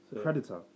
Predator